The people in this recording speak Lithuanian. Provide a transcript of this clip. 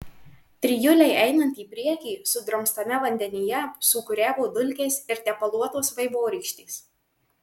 trijulei einant į priekį sudrumstame vandenyje sūkuriavo dulkės ir tepaluotos vaivorykštės